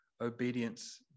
obedience